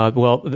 ah well,